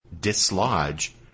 dislodge